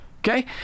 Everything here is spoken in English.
Okay